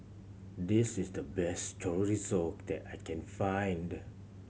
this is the best Chorizo that I can find